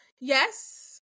Yes